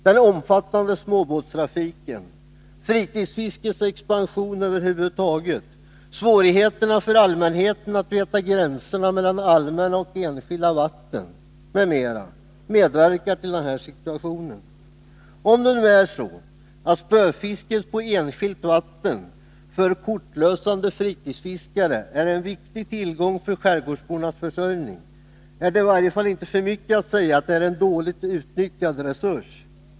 Den omfattande småbåtstrafiken, fritidsfiskets expansion över huvud taget, svårigheterna för allmänheten att känna till gränserna mellan allmänna och enskilda vatten m.m. medverkar till den här situationen. Om det är så att spöfisket i enskilt vatten för kortlösande fritidsfiskare är en viktig tillgång för skärgårdsbornas försörjning, är det i varje fall inte för mycket att säga att det är en dåligt utnyttjad resurs.